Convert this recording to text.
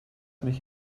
mich